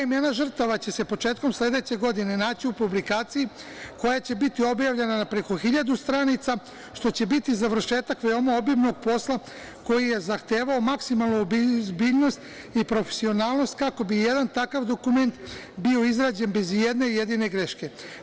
Imena žrtva će se početkom sledeće godine naći u publikaciji koja će biti objavljena preko hiljadu stranica što će biti završetak veoma obimnog posla koji je zahtevao maksimalnu ozbiljnost i profesionalnost kako bi jedan takav dokument bio izrađen bez ijedne jedine greške.